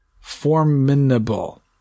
Formidable